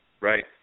right